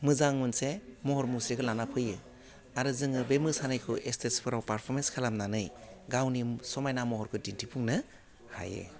मोजां मोनसे महर मुस्रिखौ लाना फैयो आरो जोङो बे मोसानायखौ एस्टेसफोराव फारपरमेन्स खालामनानै गावनि समाइना महरखौ दिन्थिफुंनो हायो